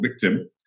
victim